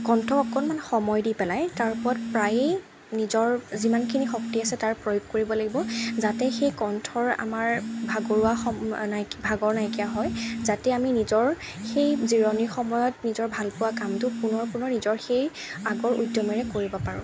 কণ্ঠ অকণমান সময় দি পেলাই তাৰ ওপৰত প্ৰায়ে নিজৰ যিমানখিনি শক্তি আছে তাৰ প্ৰয়োগ কৰিব লাগিব যাতে সেই কণ্ঠৰ আমাৰ ভাগৰুৱা নাইকিয়া ভাগৰ নাইকিয়া হয় যাতে আমি নিজৰ সেই জিৰণি সময়ত নিজৰ ভালপোৱা কামতো পুনৰ পুনৰ নিজৰ সেই আগৰ উদ্যমেৰে কৰিব পাৰোঁ